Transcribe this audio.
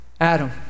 Adam